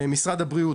משרד הבריאות,